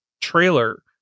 trailer